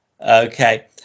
Okay